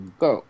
go